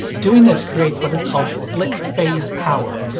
doing this creates what is called split-phase power.